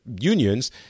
unions